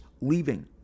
leaving